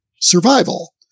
survival